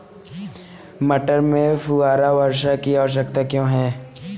मटर में फुहारा वर्षा की आवश्यकता क्यो है?